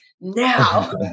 now